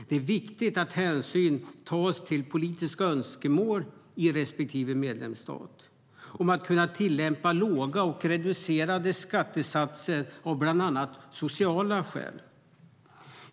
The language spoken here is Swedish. Det är viktigt att hänsyn tas till politiska önskemål i respektive medlemsstat om att kunna tillämpa låga och reducerade skattesatser av bland annat sociala skäl.